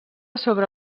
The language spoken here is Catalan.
sobre